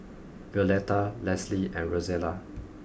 Violetta Leslie and Rosella